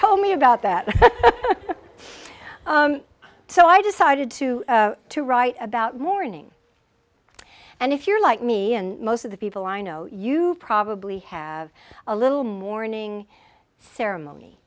told me about that so i decided to to write about morning and if you're like me and most of the people i know you probably have a little morning ceremony